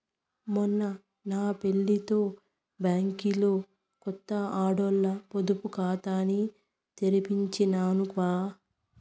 మొన్న నా పెళ్లితో బ్యాంకిలో కొత్త ఆడోల్ల పొదుపు కాతాని తెరిపించినాను బా